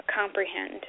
comprehend